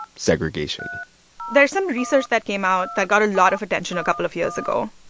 segregation there's some research that came out that got a lot of attention a couple of years ago.